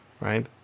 Right